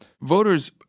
Voters